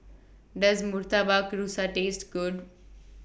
Does Murtabak Rusa Taste Good